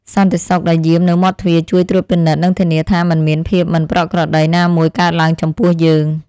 សន្តិសុខដែលយាមនៅមាត់ទ្វារជួយត្រួតពិនិត្យនិងធានាថាមិនមានភាពមិនប្រក្រតីណាមួយកើតឡើងចំពោះយើង។